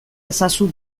ezazu